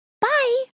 Bye